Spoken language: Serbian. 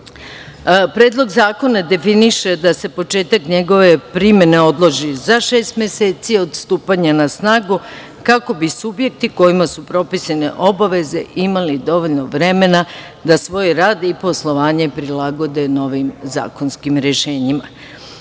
mere. Predlog zakona definiše da se početak njegove primene odloži za šest meseci od stupanja na snagu, kako bi subjekti kojima su propisane obaveze imali dovoljno vremena da svoj rad i poslovanje prilagode novim zakonskim rešenjima. Predloženo